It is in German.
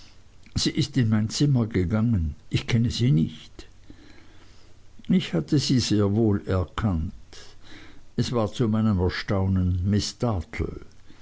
sie ist in mein zimmer gegangen ich kenne sie nicht ich hatte sie sehr wohl erkannt es war zu meinem erstaunen